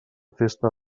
festa